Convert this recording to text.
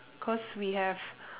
cause we have